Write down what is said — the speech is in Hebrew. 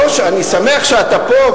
אני שמח שאתה פה,